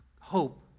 hope